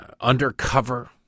undercover